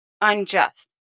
unjust